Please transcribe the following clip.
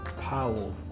powerful